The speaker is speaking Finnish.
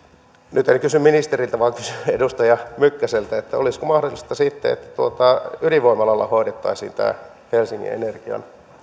nyt en kysy ministeriltä vaan kysyn edustaja mykkäseltä olisiko mahdollista sitten että ydinvoimalalla hoidettaisiin tämä helsingin energian